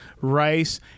rice